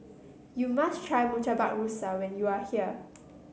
you must try Murtabak Rusa when you are here